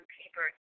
paper